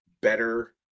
better